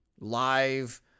live